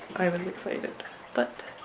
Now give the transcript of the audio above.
i was excited but